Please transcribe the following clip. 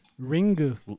Ringu